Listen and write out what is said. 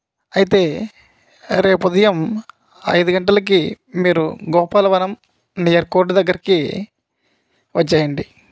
అయితే రేపు ఉదయం ఐదు గంటలకి మీరు గోపాలవనం నియర్ కోర్ట్ దగ్గరికి వచ్చేయండి